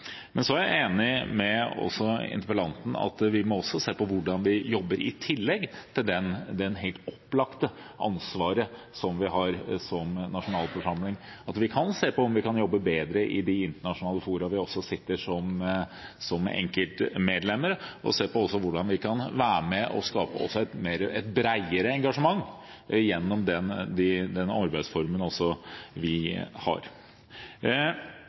er enig med interpellanten i at vi også må se på hvordan vi jobber, i tillegg til det helt opplagte ansvaret vi har som nasjonalforsamling. Vi må se på om vi kan jobbe bedre i de internasjonale fora der vi også sitter som enkeltmedlemmer, og se på hvordan vi kan være med og skape et bredere engasjement gjennom den arbeidsformen vi har. Tusenårsmålene har vist at denne type målsettinger, som er internasjonalt vedtatt, og som framstår som veldig ambisiøse når de vedtas, allikevel har